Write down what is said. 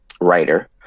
writer